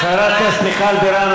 חברת הכנסת מיכל בירן,